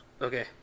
Okay